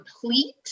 complete